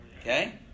Okay